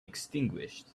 extinguished